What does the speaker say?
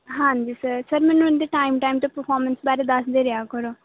ਹਾਂਜੀ sir sir ਮੈਨੂੰ ਇਹਦੇ ਟਾਈਮ ਟਾਈਮ 'ਤੇ ਪਰਫੋਰਮੈਂਸ ਬਾਰੇ ਦੱਸਦੇ ਰਿਹਾ ਕਰੋ